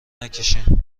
نکشینالان